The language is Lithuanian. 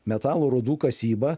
metalų rūdų kasyba